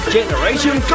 Generation